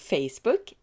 Facebook